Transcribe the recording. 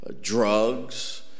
drugs